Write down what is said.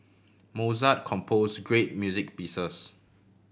Mozart compose great music pieces